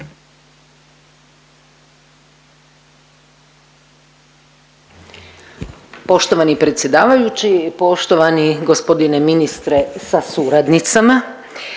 Poštovani predsjedavajući, poštovani gospodine ministre sa suradnicama.